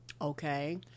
Okay